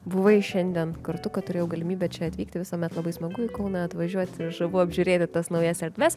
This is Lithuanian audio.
buvai šiandien kartu kad turėjau galimybę čia atvykti visuomet labai smagu į kauną atvažiuoti žavu apžiūrėti tas naujas erdves